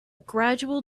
gradual